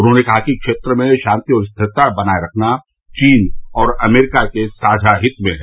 उन्होंने कहा कि क्षेत्र में शांति और स्थिरता बनाए रखना चीन और अमरीका के साझा हित में है